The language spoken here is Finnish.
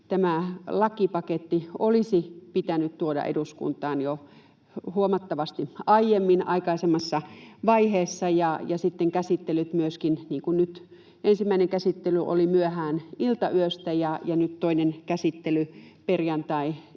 tämä lakipaketti olisi pitänyt tuoda eduskuntaan jo huomattavasti aiemmin, aikaisemmassa vaiheessa, ja sitten myöskin käsittelyt. Ensimmäinen käsittely oli myöhään iltayöstä ja nyt toinen käsittely perjantai-iltapäivänä